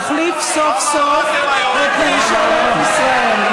ולהחליף סוף-סוף את ממשלת ישראל.